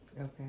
okay